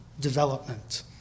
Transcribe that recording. development